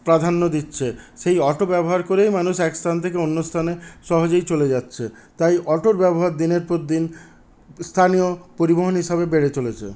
প্রাধান্য দিচ্ছে সেই অটো ব্যবহার করেই মানুষ এক স্থান থেকে অন্য স্থানে সহজেই চলে যাচ্ছে তাই অটোর ব্যবহার দিনের পর দিন স্থানীয় পরিবহন হিসাবে বেড়ে চলেছে